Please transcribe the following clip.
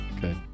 Good